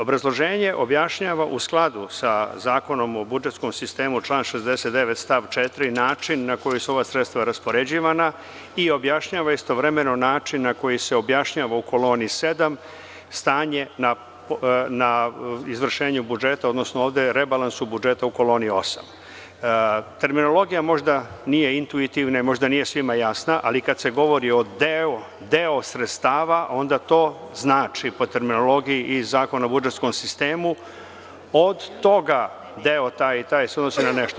Obrazloženje objašnjava u skladu sa Zakonom o budžetskom sistemu član 69. stav 4. način na koji su ova sredstva raspoređivana i objašnjava istovremeno način na koji se objašnjava u koloni 7 stanje na izvršenju budžeta, odnosno ovde rebalansom budžeta u koloni 8. Terminologija možda nije intuitivna i možda nije svima jasna, ali kad se govori o delu sredstava, onda to znači po terminologiji i Zakonu o budžetskom sistemu, od toga deo taj i taj se odnosi na nešto.